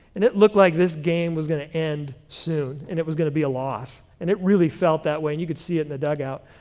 and it looked like this game was going to end soon, and it was going to be a loss, and it really felt that way, and you could see it in the dugout.